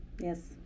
yes